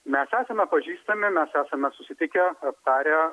mes esame pažįstami mes esame susitikę aptarę